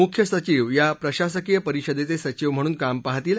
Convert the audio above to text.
मुख्य सचीव या प्रशासकीय परिषदर्घीसचीव म्हणून काम पाहतील